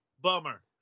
bummer